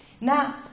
Now